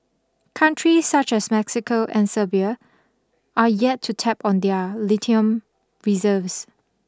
countries such as Mexico and Serbia are yet to tap on their lithium reserves